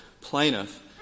plaintiff